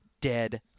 Dead